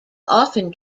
often